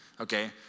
okay